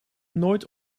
nooit